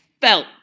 felt